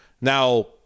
Now